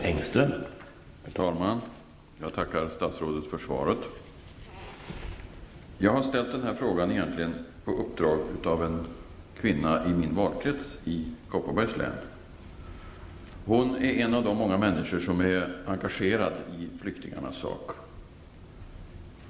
Herr talman! Jag tackar statsrådet för svaret. Jag har ställt den här frågan egentligen på uppdrag av en kvinna i min valkrets i Kopparbergs län. Hon är en av de många människor som är engagerade för flyktingarnas sak.